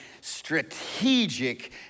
strategic